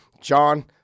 John